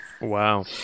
Wow